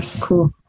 cool